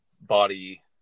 body